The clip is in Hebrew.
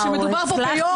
כשמדובר פה ביו"ר מעולה.